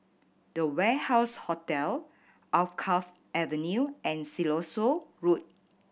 The Warehouse Hotel Alkaff Avenue and Siloso Road